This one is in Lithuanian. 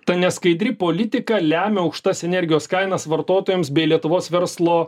ta neskaidri politika lemia aukštas energijos kainas vartotojams bei lietuvos verslo